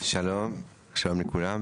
שלום לכולם.